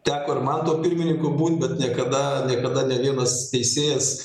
teko ir man tuo pirmininku būt bet niekada niekada nė vienas teisėjas